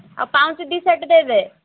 ଆଉ ପାଉଁଜି ଦୁଇ ସେଟ୍ ଦେଇଦେ